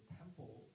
temple